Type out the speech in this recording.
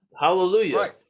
Hallelujah